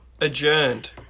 adjourned